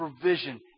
provision